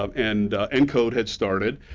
um and encode had started,